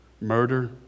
murder